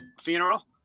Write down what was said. funeral